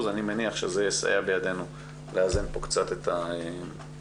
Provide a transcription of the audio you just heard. אני מניח שזה יסייע בידנו לאזן קצת את המספרים.